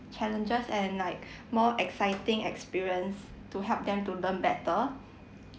challenges and like more exciting experience to help them to learn better